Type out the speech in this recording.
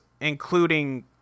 Including